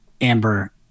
Amber